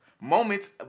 Moments